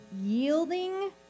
yielding